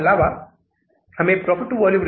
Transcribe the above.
इसलिए मैं यह कॉलम तैयार कर रहा हूं